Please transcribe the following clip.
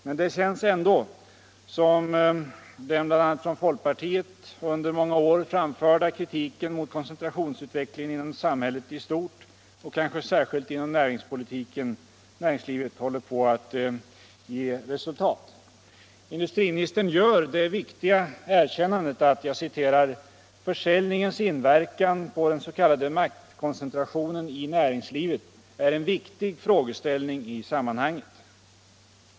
Men det känns ändå som om den bl.a. från folkpartiet under många år framförda kritiken mot koncentrationsutvecklingen inom samhället i stort och kanske särskilt inom näringslivet höll på att ge resultat. Industriministern gör det viktiga erkännandet att ”försäljningens inverkan på den s.k. maktkoncentrationen i näringslivet är en viktig frågeställning i sammanhanget”.